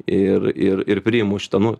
ir ir ir priimu šitą nu